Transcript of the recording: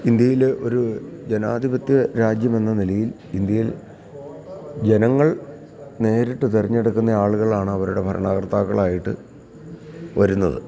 ഇൻഡ്യയില് ഒരു ജനാധിപത്യ രാജ്യമെന്ന നിലയിൽ ഇന്ത്യയിൽ ജനങ്ങൾ നേരിട്ട് തിരഞ്ഞെടുക്കുന്ന ആളുകളാണ് അവരുടെ ഭരണകർത്താക്കളായിട്ടു വരുന്നത്